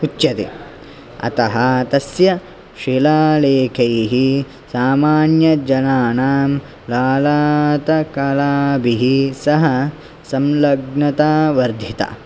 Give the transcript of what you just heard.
उच्यते अतः तस्य शिलालेखैः सामान्यजनानां लालातकलाभिः सह संलग्नता वर्धिता